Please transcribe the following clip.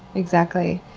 exactly.